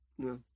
No